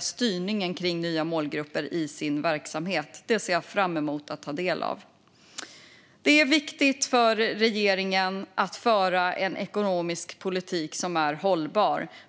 styrningen kring nya målgrupper i sin verksamhet. Det ser jag fram emot att ta del av. Det är viktigt för regeringen att föra en ekonomisk politik som är hållbar.